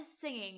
singing